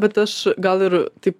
bet aš gal ir taip